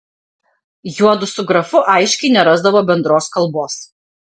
juodu su grafu aiškiai nerasdavo bendros kalbos